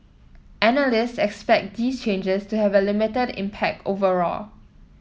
analysts expect these changes to have a limited impact overall